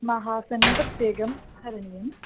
महासने प्रत्येकं करणीयम्